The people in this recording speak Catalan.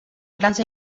grans